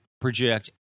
project